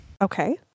Okay